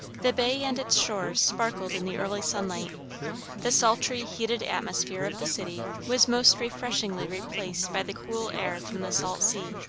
the bay and its shores sparkled in the early sunlight the sultry, heated atmosphere of the city was most refreshingly replaced by the cool air from the salt sea.